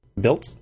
built